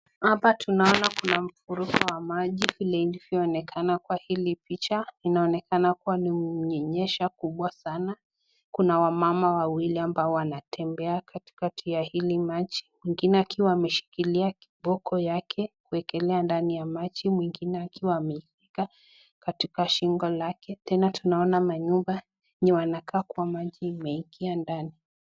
Hapa tunaona kuna mfuriko wa maji vile ilivyoona kwa hii picha. Inaonekana kuwa imenyesha kubwa sana. Kuna wamama wawili ambao wanatembea katikati ya hili maji. Mwingine akiwa ameshikilia kiboko yake, amewekelea ndani ya maji, mwingine akiwa ameshika katika shingo lake. Tena tunaona manyumba, inayokaa kuwa maji imeingia ndani.